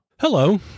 Hello